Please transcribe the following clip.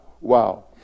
wow